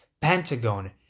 Pentagon